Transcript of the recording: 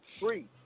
free